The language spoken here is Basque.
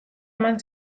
eman